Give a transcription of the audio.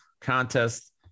contest